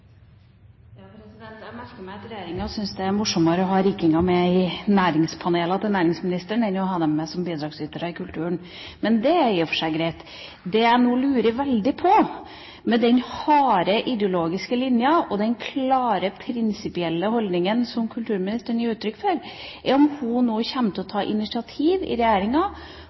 morsommere å ha rikinger med i næringspanelene til næringsministeren enn å ha dem med som bidragsytere i kulturen. Det er i og for seg greit. Det jeg nå lurer veldig på, ut fra den harde ideologiske linjen og den klare prinsipielle holdningen som kulturministeren gir uttrykk for, er om hun i regjeringa vil ta initiativ til å